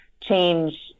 change